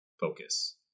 focus